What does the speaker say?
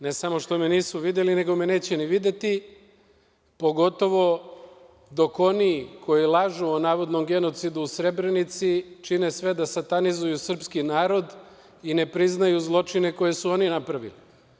Ne samo što me nisu videli, nego me neće ni videti, pogotovo dok oni koji lažu o navodnom genocidu u Srebrenici, čine sve da satanizuju srpski narod i ne priznaju zločine koje su oni napravili.